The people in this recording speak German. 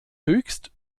höchst